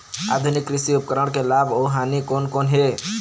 आधुनिक कृषि उपकरण के लाभ अऊ हानि कोन कोन हे?